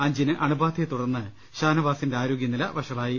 അഞ്ചിന് അണു ബാധയെ തുടർന്ന് ഷാനവാസിന്റെ ആരോഗ്യനില വഷളായി